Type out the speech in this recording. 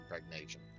impregnation